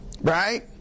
Right